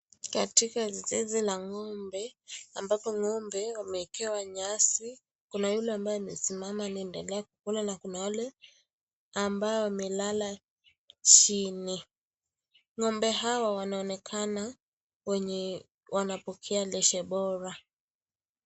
Katika zizi la ngombe ambapo ngombe wameekewa nyasi, kuna yule ambaye aamesimama anaendelea kukula na kuna wale ambao wamelala chini, ngombe hawa wanaonekana wenye wanapokea lishe bora.